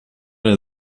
der